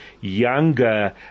younger